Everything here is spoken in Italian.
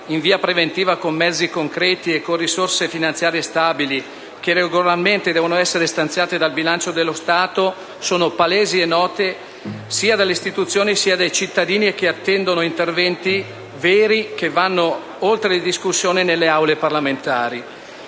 in via preventiva con mezzi concreti e con risorse finanziarie stabili, che regolarmente devono essere stanziate dal bilancio dello Stato, sono palesi e noti sia alle istituzione sia ai cittadini, che attendono interventi veri, che vadano oltre le discussioni nelle Aule parlamentari.